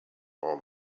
all